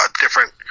Different